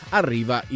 arriva